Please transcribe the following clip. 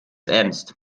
ernst